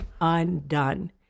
undone